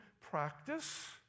practice